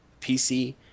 PC